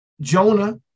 Jonah